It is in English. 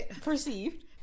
Perceived